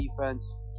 defense